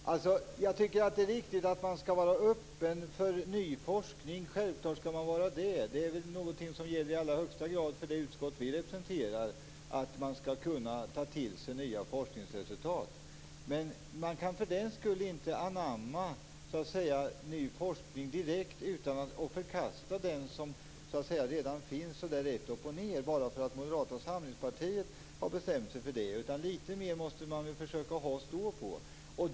Herr talman! Jag tycker att det är viktigt att man är öppen för ny forskning. Självklart skall man vara det. Någonting som i allra högsta grad gäller för det utskott som vi representerar är att man skall kunna ta till sig nya forskningsresultat. Men man kan för den skull inte anamma ny forskning direkt och förkasta den som redan finns så där rätt upp och ned bara för att Moderata samlingspartiet har bestämt sig för det. Litet mer måste man försöka ha att stå på.